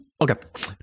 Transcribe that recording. Okay